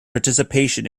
participation